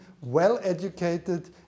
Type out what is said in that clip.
well-educated